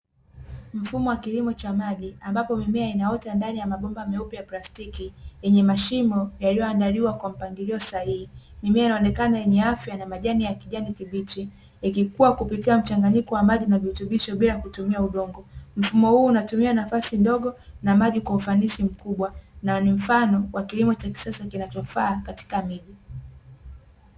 Mfumo wa kilimo cha maji ambapo mimea inaota ndani ya mabomba meupe ya plastiki yenye mashimo yaliyoandaliwa kwa mpangilio sahihi, mimea inaonekana yenye afya na majani ya kijani kibichi ikikua kupitia mchanganyiko wa maji na virutubisho bila kutumia udongo, mfumo huu unatumia nafasi ndogo na maji kwa ufanisi mkubwa na ni mfano wa kilimo cha kisasa kinachofaa katika miji.